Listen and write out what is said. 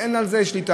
אין על זה שליטה.